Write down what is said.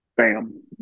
bam